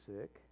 sick